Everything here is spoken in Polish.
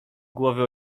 głowy